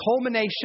culmination